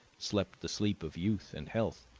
slept the sleep of youth and health,